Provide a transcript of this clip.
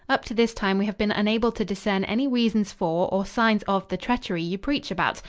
up to this time we have been unable to discern any reasons for or signs of the treachery you preach about.